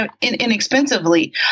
inexpensively